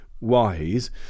wise